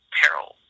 peril